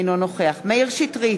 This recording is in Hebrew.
אינו נוכח מאיר שטרית,